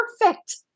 perfect